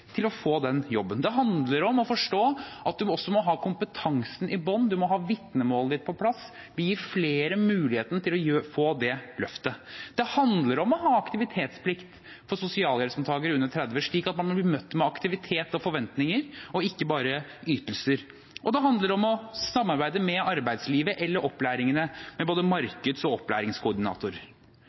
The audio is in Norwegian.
til å få den jobben. Det handler om å forstå at man også må ha kompetansen i bunn, ha vitnemålet på plass, og vi gir flere muligheten til å få det løftet. Det handler om å ha aktivitetsplikt for sosialhjelpsmottakere under 30 år, slik at man blir møtt med aktivitet og forventninger, ikke bare ytelser. Og det handler om å samarbeide med arbeidslivet eller opplæringene, med både markeds- og